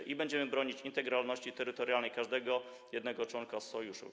I będziemy bronić integralności terytorialnej każdego jednego członka Sojuszu.